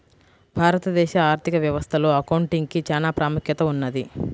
భారతదేశ ఆర్ధిక వ్యవస్థలో అకౌంటింగ్ కి చానా ప్రాముఖ్యత ఉన్నది